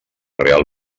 real